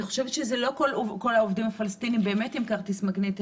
אני חושבת שלא כל העובדים הפלסטינים הם עם כרטיס מגנטי.